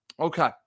Okay